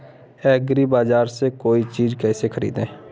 एग्रीबाजार से कोई चीज केसे खरीदें?